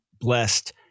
blessed